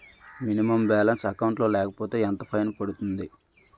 Minimum balance account లో లేకపోతే ఎంత ఫైన్ పడుతుంది?